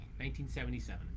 1977